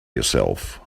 yourself